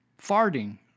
farting